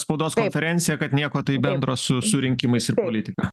spaudos konferencija kad nieko tai bendro su su rinkimais į politika